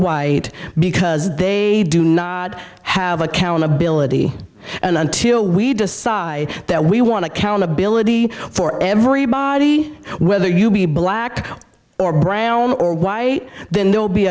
white because they do not have accountability and until we decide that we want to countability for everybody whether you be black or brown or y then there will be